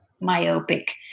myopic